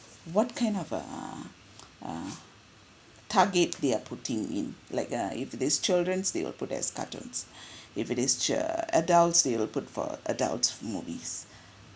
what kind of uh uh target they are putting in like uh if this is children they will put as cartoons if it is cha~ adults they will put for adult movies